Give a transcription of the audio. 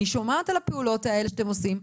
אני שומעת על הפעולות האלה שאתם עושים,